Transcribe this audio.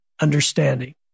understanding